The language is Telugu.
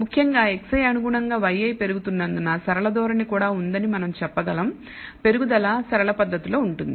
ముఖ్యంగా xi అనుగుణంగా yi పెరుగుతున్నందున సరళ ధోరణి కూడా ఉందని మనం చెప్పగలం పెరుగుదల సరళ పద్ధతిలో ఉంటుంది